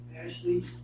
Ashley